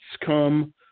come